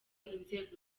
inzego